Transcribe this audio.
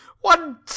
one